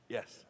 Yes